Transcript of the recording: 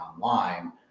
online